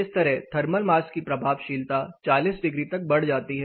इस तरह thermal mass की प्रभावशीलता 40 डिग्री तक बढ़ जाती है